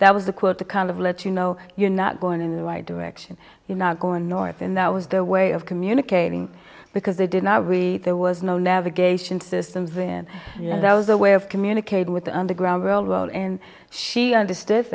that was the quote the kind of let you know you're not going in the right direction you're not going north and that was their way of communicating because they did not agree there was no navigation systems in that was a way of communicating with the underground world well and she understood